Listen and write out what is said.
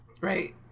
Right